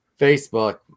Facebook